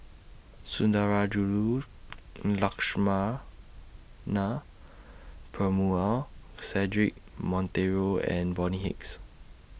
Sundarajulu Lakshmana Cedric Monteiro and Bonny Hicks